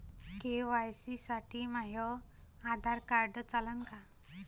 KYC साठी माह्य Aadhaar card चालन का?